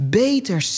beter